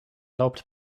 loopt